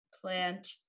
plant